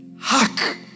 hack